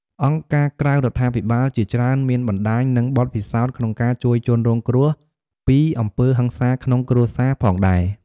អង្គការក្រៅរដ្ឋាភិបាលជាច្រើនមានបណ្ដាញ និងបទពិសោធន៍ក្នុងការជួយជនរងគ្រោះពីអំពើហិង្សាក្នុងគ្រួសារផងដែរ។